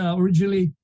originally